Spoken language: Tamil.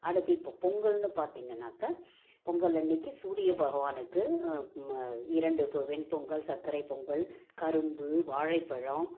அடுத்து இப்போ பொங்கல்னு பார்த்தீங்கன்னாக்க பொங்கல் அன்றைக்கு சூரிய பகவானுக்கு இரண்டு பொ வெண்பொங்கல் சக்கரைப் பொங்கல் கரும்பு வாழைப்பழம்